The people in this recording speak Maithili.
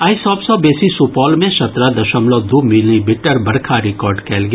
आइ सभ सॅ बेसी सुपौल मे सत्रह दशमलव दू मिलीमीटर बरखा रिकार्ड कयल गेल